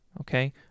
Okay